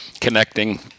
connecting